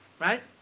Right